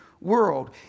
world